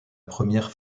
première